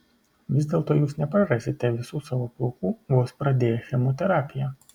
vis dėlto jūs neprarasite visų savo plaukų vos pradėję chemoterapiją